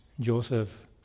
Joseph